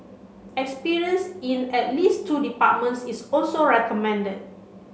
experience in at least two departments is also recommended